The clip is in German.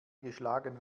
geschlagen